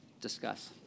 discuss